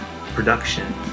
production